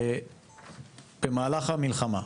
במהלך המלחמה,